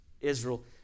Israel